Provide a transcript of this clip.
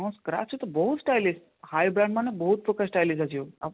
ହଁ ସ୍କାର୍ଚ୍ଚର ତ ବହୁତ ଷ୍ଟାଇଲ୍ ହାଇ ବ୍ରାଣ୍ଡ୍ ମାନେ ବହୁତପ୍ରକାର ଷ୍ଟାଇଲ୍ ଆସିବ